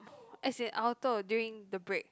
as in I will toh during the break